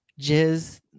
jizz